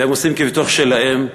והם עושים כבתוך שלהם,